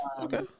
okay